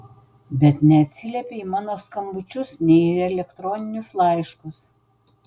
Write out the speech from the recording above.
bet neatsiliepei į mano skambučius nei į elektroninius laiškus